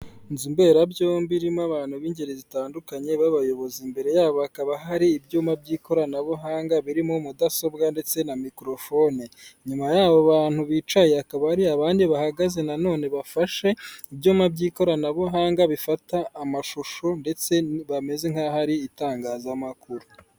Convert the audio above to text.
Inzi mberabyombi irimo abantu b'ingeri zitandukanye b'abayobozi. Imbere yabo hakaba hari ibyuma by'ikoranabuhanga, birimo mudasobwa ndetse na mikorofone. Inyuma y'abo bantu bicaye, hakaba hari abandi bahagaze nanone, bafashe ibyuma by'ikoranabuhanga, bifata amashusho ndetse bameze nk'aho ari itangazamakuru.